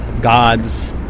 gods